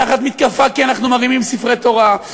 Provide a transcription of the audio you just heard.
תחת מתקפה שאנחנו מרימים ספרי תורה,